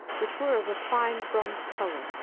which were of a fine bronze color,